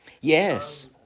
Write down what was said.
Yes